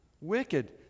wicked